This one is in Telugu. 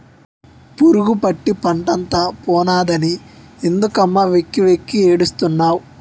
పురుగుపట్టి పంటంతా పోనాదని ఎందుకమ్మ వెక్కి వెక్కి ఏడుస్తున్నావ్